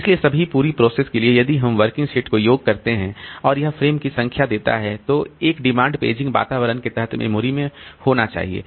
इसलिए सभी पूरी प्रोसेस के लिए यदि हम वर्किंग सेट को योग करते हैं और यह फ़्रेम की संख्या देता है जो कि एक डिमांड पेजिंग वातावरण के तहत मेमोरी में होना चाहिए